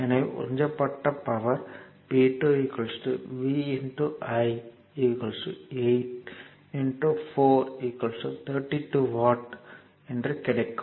எனவே உறிஞ்சப்பட்ட power P2 V I 8 4 32 watt என்று கிடைக்கும்